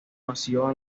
nació